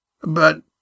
But—